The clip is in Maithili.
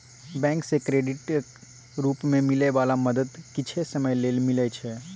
बैंक सँ क्रेडिटक रूप मे मिलै बला मदद किछे समय लेल मिलइ छै